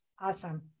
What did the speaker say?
Awesome